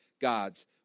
God's